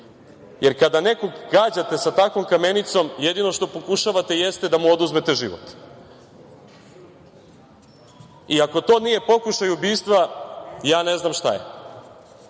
jer kada nekog gađate sa takvom kamenicom, jedino što pokušavate jeste da mu oduzmete život i ako to nije pokušaj ubistva, ja ne znam šta